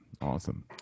Awesome